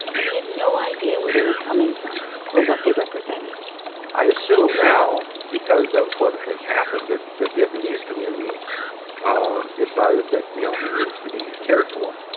and he had no idea where they were coming from or what they represented i assume now, because of what has happened, that the vietnamese community um decided that you know he needs to be cared for.